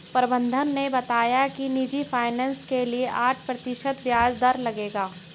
प्रबंधक ने बताया कि निजी फ़ाइनेंस के लिए आठ प्रतिशत ब्याज दर लगेगा